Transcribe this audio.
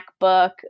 MacBook